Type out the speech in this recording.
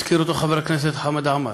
הזכיר אותו חבר הכנסת חמד עמאר,